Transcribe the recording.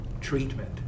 treatment